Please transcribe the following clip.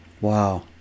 Wow